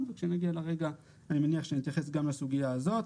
וכשנגיע לרגע אני מניח שנתייחס גם לסוגייה הזאת.